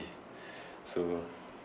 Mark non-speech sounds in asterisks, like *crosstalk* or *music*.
*breath* so